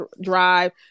drive